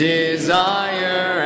desire